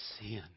sin